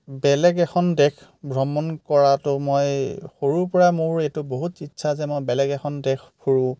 বেলেগ এখন দেশ ভ্ৰমণ কৰাতো মই সৰুৰ পৰাই মোৰ এইটো বহুত ইচ্ছা যে মই বেলেগ এখন দেশ ফুৰোঁ